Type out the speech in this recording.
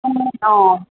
ए